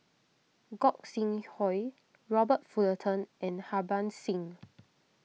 Gog Sing Hooi Robert Fullerton and Harbans Singh